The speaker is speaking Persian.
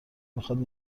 میخاد